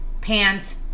pants